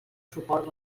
suport